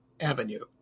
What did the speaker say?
Avenue